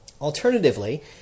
Alternatively